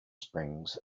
springs